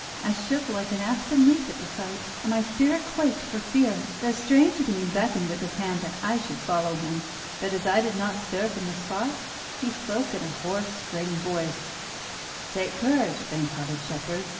i shook like an aspen leaf at the sight, and my spirit quaked for fear. the strange being beckoned with his hand that i should follow him but as i did not stir from the spot he spoke in a hoarse, grating voice take courage, fainthearted shepherd.